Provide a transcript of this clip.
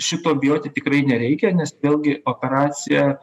šito bijoti tikrai nereikia nes vėlgi operacija